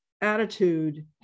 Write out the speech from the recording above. attitude